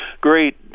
great